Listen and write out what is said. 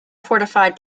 fortified